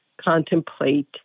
contemplate